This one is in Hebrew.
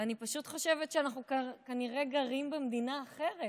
ואני פשוט חושבת שאנחנו כנראה גרים במדינה אחרת.